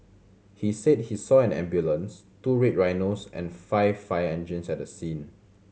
he said he saw an ambulance two Red Rhinos and five fire engines at the scene